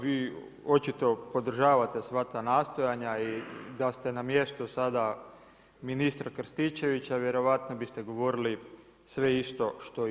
Vi očito podržavate sva ta nastojanja i da ste na mjestu sada ministra Krstičevića vjerojatno biste govorili sve isto što i on.